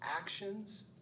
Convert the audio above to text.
actions